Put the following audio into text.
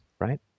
right